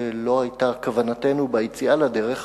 שלא היתה כוונתנו ביציאה לדרך,